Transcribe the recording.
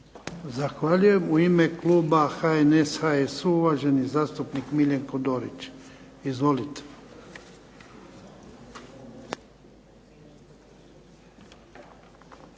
Zahvaljujem. U ime kluba HNS-HSU-a uvaženi zastupnik Miljenko Dorić. Izvolite.